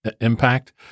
impact